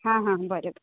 हां हां बरें तर